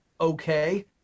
okay